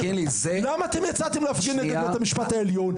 למה גם אתם יצאתם להפגין נגד בית המשפט העליון?